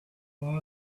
lot